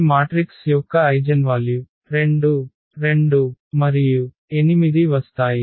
ఈ మాట్రిక్స్ యొక్క ఐగెన్వాల్యు 2 2 8 వస్తాయి